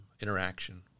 interaction